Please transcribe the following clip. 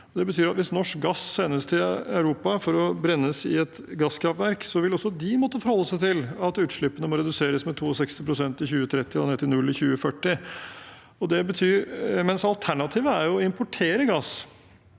hvis norsk gass sendes til Europa for å brennes i et gasskraftverk, vil også de måtte forholde seg til at utslippene må reduseres med 62 pst. i 2030 og ned til null i 2040. Alternativet er å importere gass